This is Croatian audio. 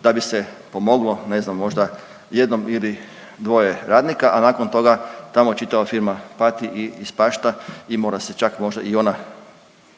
da bi se pomoglo ne znam možda jednom ili dvoje radnika, a nakon toga tamo čitava firma pati i ispašta i mora se čak možda i ona